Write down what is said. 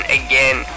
again